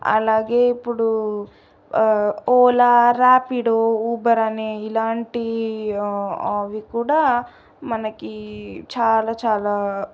అలాగే ఇప్పుడు ఓలా రాపిడో ఉబెర్ అనే ఇలాంటి అవి కూడా మనకి చాలా చాలా